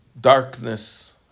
darkness